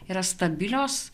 yra stabilios